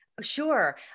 Sure